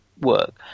work